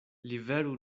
liveru